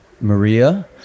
Maria